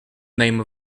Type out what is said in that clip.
name